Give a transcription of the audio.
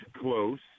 close